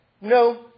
no